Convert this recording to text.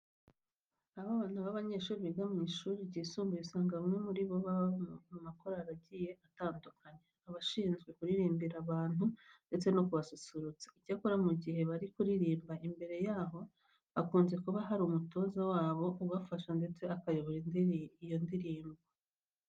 Abana b'abanyeshuri biga mu mashuri yisumbuye usanga bamwe muri bo baba mu makorari agiye atandukanye aba ashinzwe kuririmbira abantu ndetse no kubasusurutsa. Icyakora mu gihe bari kuririmba imbere yabo hakunze kuba hari umutoza wabo ubafasha ndetse akayobora iyo ndirimbo.